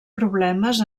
problemes